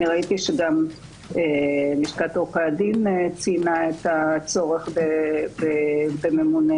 גם לשכת עורכי הדין ציינה את הצורך בממונה,